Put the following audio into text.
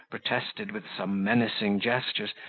protested, with some menacing gestures,